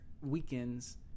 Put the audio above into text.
weekends